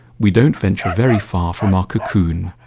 we don't venture very far from our cocoon,